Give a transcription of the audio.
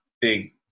big